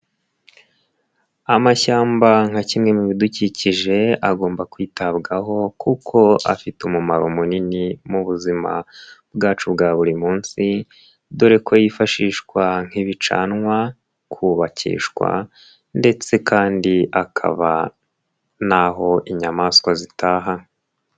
Amashyamba nka kimwe mu bidukikije, agomba kwitabwaho kuko afite umumaro munini mu buzima bwacu bwa buri munsi dore ko yifashishwa nk'ibicanwa, kubakishwa ndetse kandi akaba naho inyamaswa zitaha.